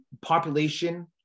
population